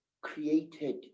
created